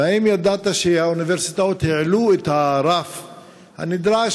האם ידעת שהאוניברסיטאות העלו את הרף הנדרש,